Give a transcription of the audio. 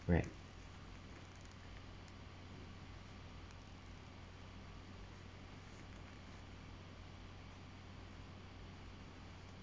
right